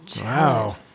Wow